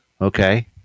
Okay